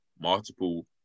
multiple